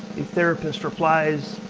the therapist replies,